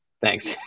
Thanks